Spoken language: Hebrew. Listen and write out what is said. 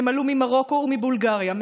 הם עלו ממרוקו ומבולגריה,